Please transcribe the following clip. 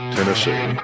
Tennessee